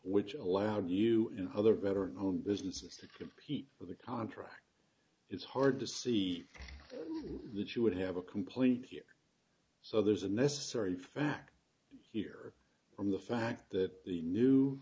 which allowed you in other better known businesses to compete for the contract it's hard to see that you would have a complete here so there's a necessary fact here from the fact that the new